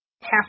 half